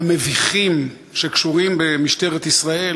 המביכים שקשורים במשטרת ישראל